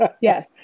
Yes